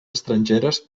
estrangeres